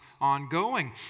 ongoing